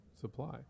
supply